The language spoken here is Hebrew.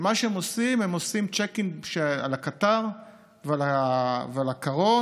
ומה שהם עושים זה צ'ק-אין על הקטר ועל הקרון,